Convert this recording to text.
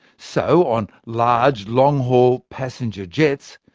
so on large long-haul passenger jets,